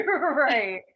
Right